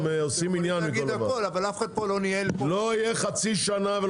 לא יהיה חצי שנה.